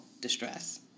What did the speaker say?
distress